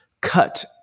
cut